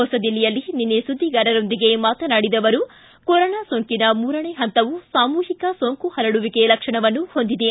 ಹೊಸದಿಲ್ಲಿಯಿಲ್ಲಿ ನಿನ್ನೆ ಸುದ್ದಿಗಾರರೊಂದಿಗೆ ಮಾತನಾಡಿದ ಅವರು ಕೊರೊನಾ ಸೋಂಕಿನ ಮೂರನೇ ಹಂತವು ಸಾಮೂಹಿಕ ಸೋಂಕು ಹರಡುವಿಕೆ ಲಕ್ಷಣವನ್ನು ಹೊಂದಿದೆ